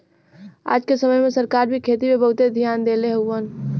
आज क समय में सरकार भी खेती पे बहुते धियान देले हउवन